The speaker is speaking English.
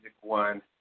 One